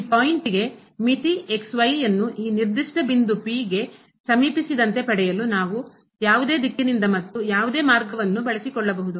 ಈ ಪಾಯಿಂಟ್ ಗೆ ಮಿತಿ ಈ ನಿರ್ದಿಷ್ಟ ಬಿಂದು P ಗೆ ಸಮೀಪಿಸಿದಂತೆ ಪಡೆಯಲು ನಾವು ಯಾವುದೇ ದಿಕ್ಕಿನಿಂದ ಮತ್ತು ಯಾವುದೇ ಮಾರ್ಗವನ್ನು ಬಳಸಿಕೊಳ್ಳಬಹುದು